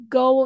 go